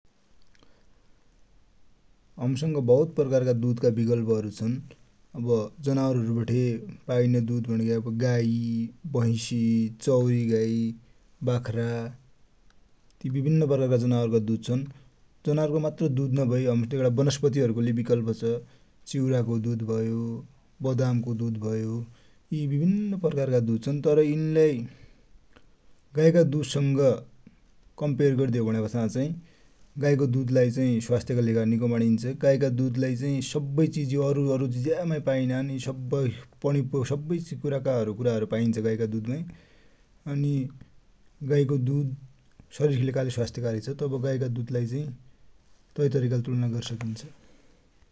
हमसंग बहुत प्रकारका दुधका बिकल्पहरु छन। अब जनावर हरु बठे पाइने दुध भनिग्याबटी गाइ, भैसि, चौरिगाइ, बाख्रा यि बिभिन्न प्रकारका जनावर का दुध छ्न। जनावरको मात्रै दुध नभैबटि हमसित बनस्पति को दुध को ले बिकल्प छ। चिउराको दुध भयो, बदाम को दुध भयो, यि बिभिन्न प्रकारका दुध छ्न। तर यिनिलाइ गाइ का दुध सित तुलना गर्दे हो भन्यापछा चाइ गाइ को दुध लाइ चाइ स्वास्थ कि लेखा निको माणिन्छ, गाइ का दुध लाइ चाइ सबै चिज यो जि ज्या माइ पाइनानु सब्बै परिकार का कुरा हरु पाइन्छ गाइ का दुध माइ। अनि गाइ को दुध सरिर कि लेखा स्वास्थकारि छ। तब गाइ का दुध लाइ चाइ तै तरिका ले तुलना गरिसकिन्छ ।